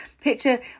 picture